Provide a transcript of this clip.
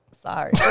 Sorry